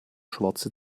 schwarze